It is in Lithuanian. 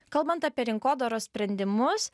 kalbant apie rinkodaros sprendimus